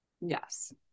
yes